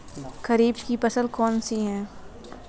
खरीफ की फसल कौन सी है?